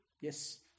yes